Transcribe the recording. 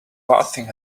laughing